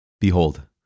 Behold